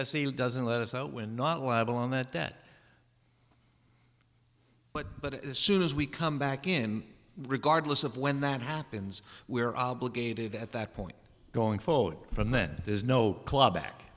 seal doesn't let us out we're not liable on that debt but but as soon as we come back in regardless of when that happens we're obligated at that point going forward from that there's no club back